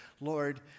Lord